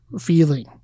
feeling